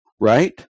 Right